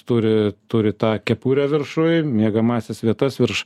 turi turi tą kepurę viršuj miegamąsias vietas virš